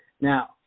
Now